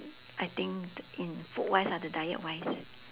I think in food wise ah the diet wise